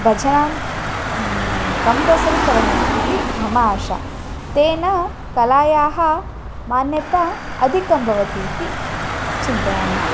भजनां कम्पल्सरि करणीयम् इति मम आशा तेन कलायाः मान्यता अधिकं भवति इति चिन्तयामि